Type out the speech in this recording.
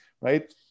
right